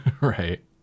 right